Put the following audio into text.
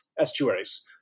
estuaries